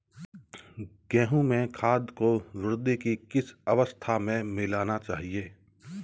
गेहूँ में खाद को वृद्धि की किस अवस्था में मिलाना चाहिए?